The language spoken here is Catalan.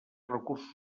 recursos